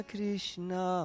Krishna